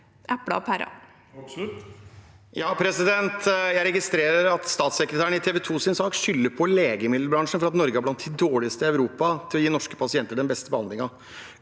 Hoksrud (FrP) Jeg registrerer at statssekretæren i TV 2s sak skylder på legemiddelbransjen for at Norge er blant de dårligste i Europa til å gi norske pasienter den beste behandlingen.